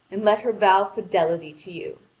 and let her vow fidelity to you!